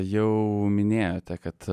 jau minėjote kad